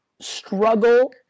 struggle